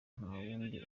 ntawundi